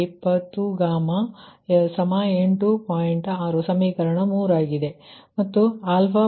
6 ಸಮೀಕರಣ 3